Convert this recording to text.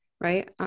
right